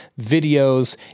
videos